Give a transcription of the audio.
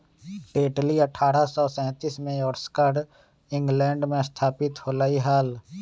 Tetley अठ्ठारह सौ सैंतीस में यॉर्कशायर, इंग्लैंड में स्थापित होलय हल